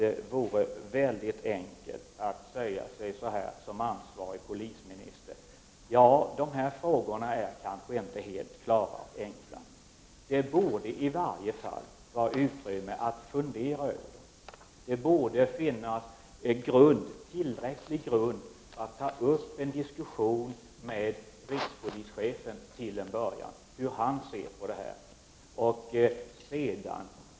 Det vore mycket enkelt att som ansvarig polisminister säga sig: Dessa frågor är kanske inte helt klara och enkla, men det borde i varje fall finnas utrymme att fundera över dem. Det borde finnas tillräcklig grund för att till en början ta upp en diskussion med rikspolischefen för att få reda på hur han ser på dessa frågor.